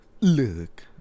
look